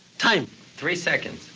time? three seconds.